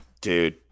Dude